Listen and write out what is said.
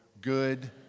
good